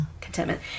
contentment